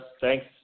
Thanks